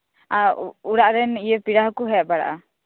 ᱟᱨ ᱚᱲᱟᱜ ᱨᱮᱱ ᱤᱭᱟᱹ ᱯᱮᱲᱟ ᱦᱚᱸᱠᱩ ᱦᱮᱡ ᱵᱟᱲᱟᱜ ᱟ